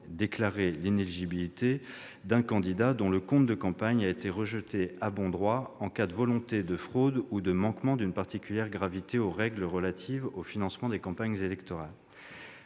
déclarer inéligible un candidat « dont le compte de campagne a été rejeté à bon droit en cas de volonté de fraude ou de manquement d'une particulière gravité aux règles relatives au financement des campagnes électorales